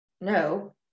no